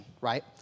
right